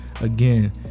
again